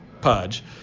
Pudge